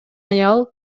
аял